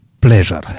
pleasure